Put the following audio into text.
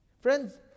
Friends